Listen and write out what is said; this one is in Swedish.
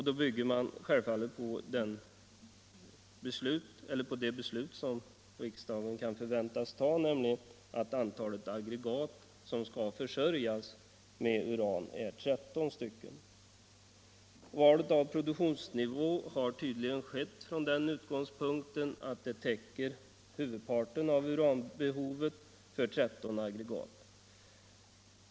Då bygger man självfallet på det beslut som riksdagen kan förväntas fatta, nämligen att antalet aggregat som skall försörjas med uran är 13 stycken. Valet av produktionsnivå har tydligen skett från den utgångspunkten att den täcker huvudparten av uranbehovet för 13 aggregat.